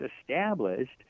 established